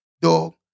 dog